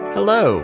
Hello